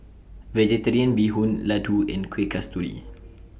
Vegetarian Bee Hoon Laddu and Kuih Kasturi